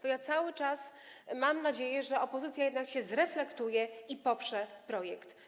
Bo ja cały czas mam nadzieję, że opozycja jednak się zreflektuje i poprze projekt.